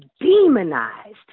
demonized